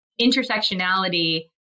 intersectionality